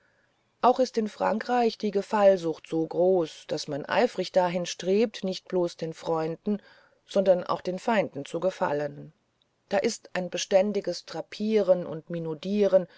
auch ist in frankreich die gefallsucht so groß daß man eifrig dahin strebt nicht bloß den freunden sondern auch den feinden zu gefallen da ist ein beständiges drapieren und